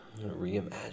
Reimagine